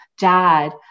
dad